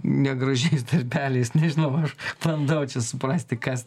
negražiais darbeliais nežinau aš bandau čia suprasti kas